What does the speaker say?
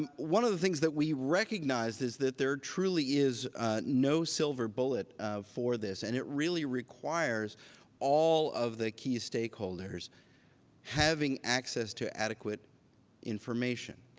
um one of the things that we recognized is that there truly is no silver bullet for this. and it really requires all of the key stakeholders having access to adequate information.